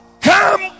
come